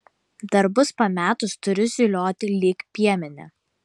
darbus pametus turiu zylioti lyg piemenė